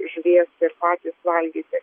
žuvies ir patys valgyti